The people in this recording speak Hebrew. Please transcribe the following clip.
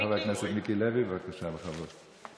חבר הכנסת מיקי לוי, בבקשה, בכבוד.